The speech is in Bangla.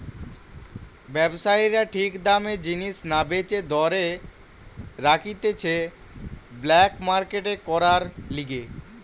ব্যবসায়ীরা ঠিক দামে জিনিস না বেচে ধরে রাখতিছে ব্ল্যাক মার্কেট করার লিগে